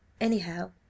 Anyhow